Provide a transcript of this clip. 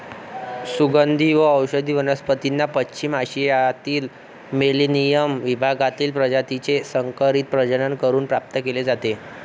सुगंधी व औषधी वनस्पतींना पश्चिम आशियातील मेलेनियम विभागातील प्रजातीचे संकरित प्रजनन करून प्राप्त केले जाते